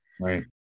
Right